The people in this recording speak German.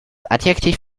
adjektiv